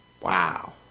Wow